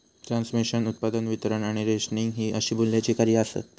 transmission, उत्पादन, वितरण आणि रेशनिंग हि अशी मूल्याची कार्या आसत